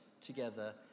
together